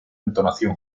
entonación